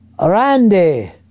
Randy